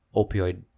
opioid